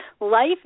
life